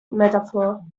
metaphor